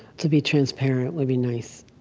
to be transparent would be nice,